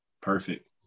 Perfect